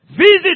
visit